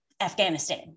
Afghanistan